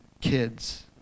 kids